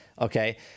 okay